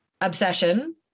Obsession